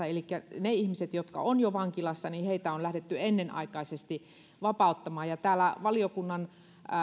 elikkä niitä ihmisiä jotka ovat jo vankilassa on lähdetty ennenaikaisesti vapauttamaan täällä valiokunnan